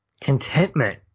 contentment